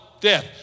Death